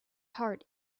heart